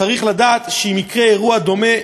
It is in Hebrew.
צריך לדעת שאם יקרה אירוע דומה,